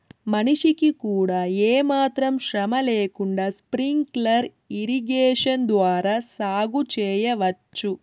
మనిషికి కూడా ఏమాత్రం శ్రమ లేకుండా స్ప్రింక్లర్ ఇరిగేషన్ ద్వారా సాగు చేయవచ్చు